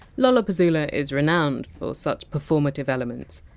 lollapuzzoola is renowned for such performative elements.